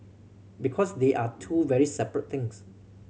because they are two very separate things